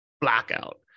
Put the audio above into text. blackout